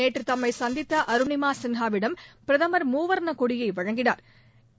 நேற்று தம்மை சந்தித்த அருளிமா சின்ஹாவிடம் பிரதமா் மூவா்ண கொடியை வழங்கினாா்